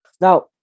Now